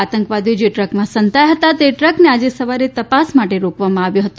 આતંકવાદીઓ જે ટ્રકમાં સંતાયા હતા તે ટ્રકને આજે સવારે તપાસ માટે રોકવામાં આવ્યો હતો